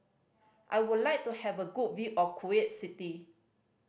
I would like to have a good view of Kuwait City